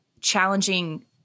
challenging